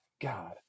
God